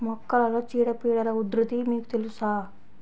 మొక్కలలో చీడపీడల ఉధృతి మీకు తెలుసా?